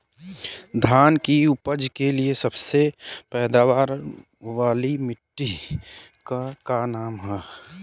धान की उपज के लिए सबसे पैदावार वाली मिट्टी क का नाम ह?